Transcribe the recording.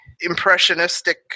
impressionistic